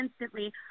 instantly